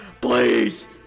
Please